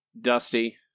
Dusty